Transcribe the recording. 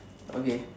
okay